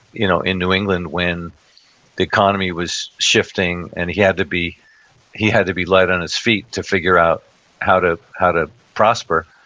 you know in new england, when the economy was shifting and he had to be he had to be light on his feet to figure out how to how to prosper.